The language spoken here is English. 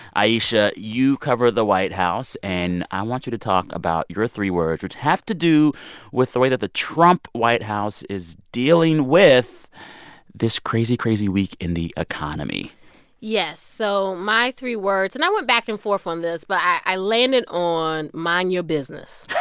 ayesha, you cover the white house. and i want you to talk about your three words, which have to do with the way that the trump white house is dealing with this crazy, crazy week in the economy yes. so my three words and i went back and forth on this, but i landed on mind your business.